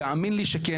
תאמין לי שכן.